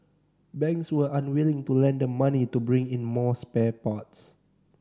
banks were unwilling to lend them money to bring in more spare parts